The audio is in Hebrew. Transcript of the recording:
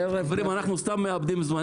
חברים, אנחנו סתם מאבדים זמן.